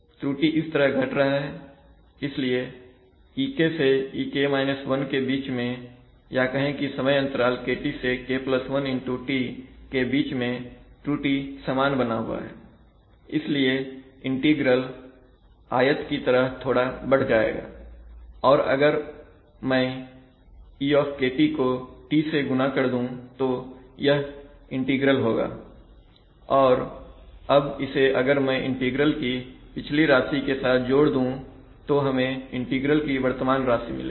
त्रुटि इस तरह से घट रहा है इसलिए ek से ek 1 के बीच में या कहें कि समय अंतराल kT से k1T के बीच में त्रुटि समान बना हुआ है इसलिए इंटीग्रल आयत की तरह थोड़ा बढ़ जाएगा तो अगर मैं e को T से गुना कर दूँ तो यह इंटीग्रल होगा और अब इसे अगर मैं इंटीग्रल की पिछली राशि के साथ जोड़ दूँ तो हमें इंटीग्रल की वर्तमान राशि मिलेगी